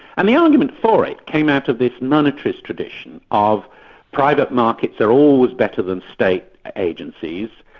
and the argument for it came out of this monetarist tradition of private markets are always better than state agencies,